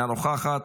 אינה נוכחת,